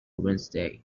wednesday